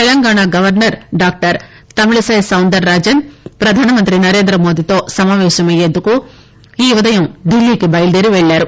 Telangana governor doctor Tamilisai Soundararajan ప్రధానమంత్రి నరేంద్రమోదీతో సమాపేశమయ్యేందుకు ఈ ఉదయం ఢిల్లీకు బయలుదేరి పెళ్లారు